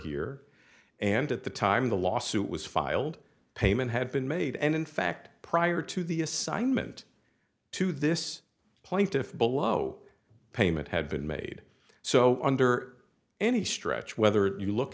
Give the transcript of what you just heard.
here and at the time the lawsuit was filed a payment had been made and in fact prior to the assignment to this point if below payment had been made so under any stretch whether you look